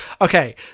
okay